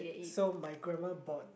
so my grandma bought